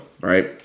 Right